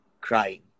crying